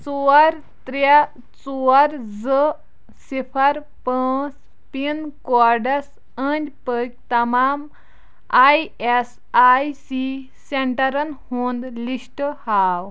ژور ترٛےٚ ژور زٕ صِفر پاںژھ پِن کوڈس انٛدۍ پٔکۍ تمام ایۍ ایس آیۍ سی سینٹرن ہُنٛد لسٹ ہاو